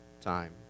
time